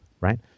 right